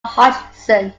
hodgson